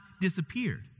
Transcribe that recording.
disappeared